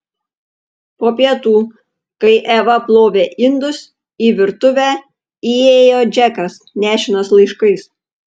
po pietų kai eva plovė indus į virtuvę įėjo džekas nešinas laiškais